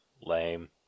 Lame